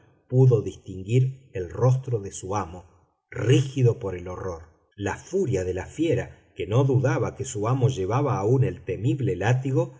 pudo distinguir el rostro de su amo rígido por el horror la furia de la fiera que no dudaba que su amo llevaba aún el temible látigo